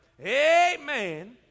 Amen